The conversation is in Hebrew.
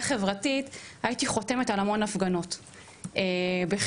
חברתית הייתי חותמת על המון הפגנות בחיפה.